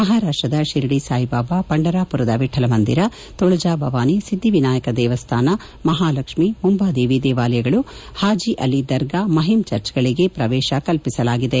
ಮಹಾರಾಷ್ಷದ ಶಿರಡಿ ಸಾಯಿಬಾಬಾ ಪಂಡರಾಪುರದ ವಿಕಲ್ಮಂದಿರ ತುಳಜಿ ಭವಾನಿ ಸಿದ್ದಿವಿನಾಯಕ ದೇವಸ್ಥಾನ ಮಹಾಲಕ್ಷ್ಮೀ ಮುಂಬಾದೇವಿ ದೇವಾಲಯಗಳು ಹಾಜಿ ಅಲಿ ದರ್ಗಾ ಮಹಿಮ್ ಚರ್ಚ್ಗಳಿಗೆ ಪ್ರವೇಶ ಕಲ್ಪಿಸಲಾಗಿದೆ